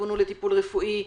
שפונו לטיפול רפואי.